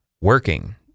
working